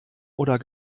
oder